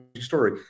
story